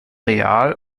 real